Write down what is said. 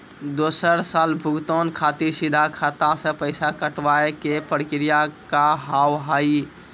दोसर साल भुगतान खातिर सीधा खाता से पैसा कटवाए के प्रक्रिया का हाव हई?